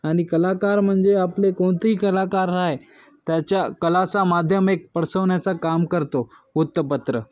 आणि कलाकार म्हणजे आपले कोणतेही कलाकार नाही त्याच्या कलाचा माध्यम एक पसरवण्याचा काम करतो वृत्तपत्र